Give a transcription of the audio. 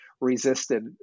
resisted